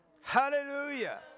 Hallelujah